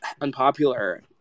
unpopular